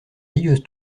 rieuse